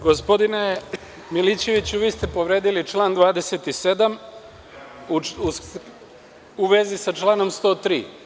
Gospodine Milićeviću, vi ste povredili član 27. u vezi sa članom 103.